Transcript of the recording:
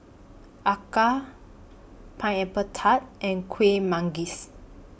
Acar Pineapple Tart and Kuih Manggis